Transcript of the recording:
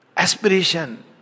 Aspiration